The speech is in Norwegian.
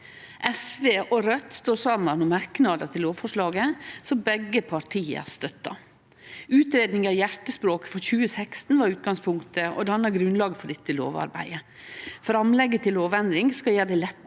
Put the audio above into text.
SV og Raudt står saman om merknader til lovforslaget, som begge partia støttar. Utgreiinga «Hjertespråket» frå 2016 var utgangspunktet og danna grunnlaget for dette lovarbeidet. Framlegget til lovendring skal gjere det lettare